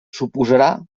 suposarà